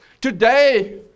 Today